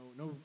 no